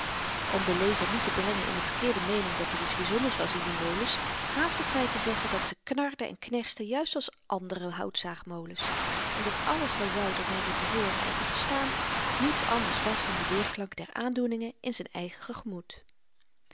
om den lezer niet te brengen in de verkeerde meening dat er iets byzonders was in die molens haast ik my te zeggen dat ze knarden en knersten juist als andere houtzaagmolens en dat alles wat wouter meende te hooren en te verstaan niets anders was dan de weerklank der aandoeningen in z'n eigen gemoed